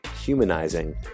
humanizing